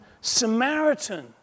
Samaritan